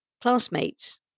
classmates